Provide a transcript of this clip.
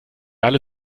alle